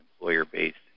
employer-based